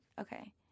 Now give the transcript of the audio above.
okay